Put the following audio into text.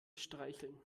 streicheln